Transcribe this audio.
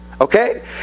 Okay